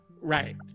Right